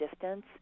distance